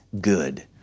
good